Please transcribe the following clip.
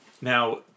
Now